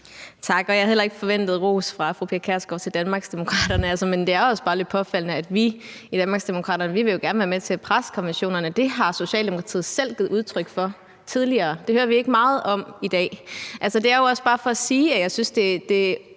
Tak. Jeg havde heller ikke forventet ros fra fru Pia Kjærsgaard til Danmarksdemokraterne. Men det er også bare lidt påfaldende. Vi i Danmarksdemokraterne vil gerne være med til at presse konventionerne. Det har Socialdemokratiet selv givet udtryk for tidligere, men det hører vi ikke meget om i dag. Det er jo også bare for at sige, at jeg synes, at nu